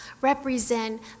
represent